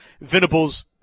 venables